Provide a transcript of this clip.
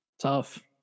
Tough